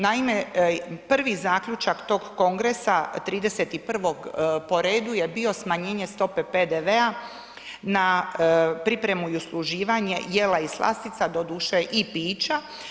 Naime, prvi zaključak tog Kongresa 31. po redu je bio smanjenje stope PDV-a na pripremu i usluživanje jela i slastica, doduše i pića.